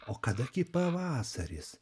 o kada gi pavasaris